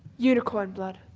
unicorn blood.